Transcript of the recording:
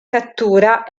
cattura